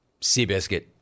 Seabiscuit